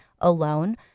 alone